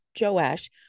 Joash